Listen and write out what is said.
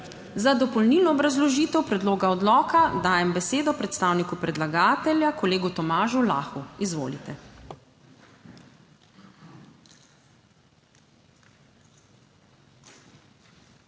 Za dopolnilno obrazložitev predloga odloka dajem besedo predstavniku predlagatelja, kolegu Tomažu Lahu. Izvolite.